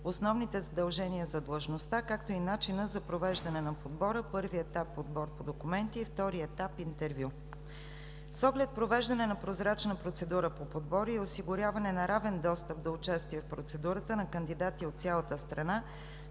основните задължения за длъжността, както и начинът за провеждане на подбора: първи етап – подбор по документи, втори етап – интервю. С оглед провеждане на прозрачна процедура по подбора и осигуряване на равен достъп до участие в процедурата на кандидати от цялата страна